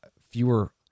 fewer